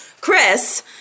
Chris